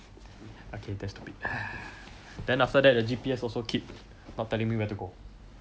okay that's stupid then after that the G_P_S also keep not telling me where to go